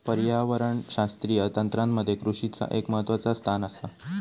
पर्यावरणशास्त्रीय तंत्रामध्ये कृषीचा एक महत्वाचा स्थान आसा